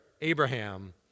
Abraham